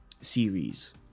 series